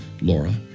Laura